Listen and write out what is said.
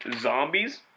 zombies